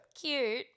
Cute